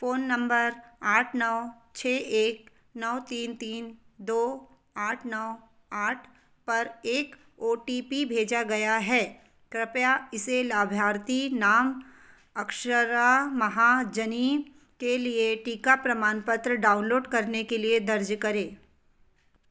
phone number आठ नौ छः एक नौ तीन तीन दो आठ नौ आठ पर एक ओ टी पी भेजा गया है कृपया इसे लाभार्थी नाम अक्षरा महाजनी के लिए टीका प्रमाणपत्र डाउनलोड करने के लिए दर्ज करें